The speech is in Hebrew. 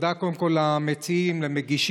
תודה קודם כול למציעים ולמגישים,